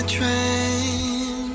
train